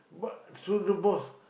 but so the boss